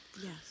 Yes